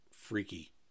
freaky